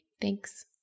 Thanks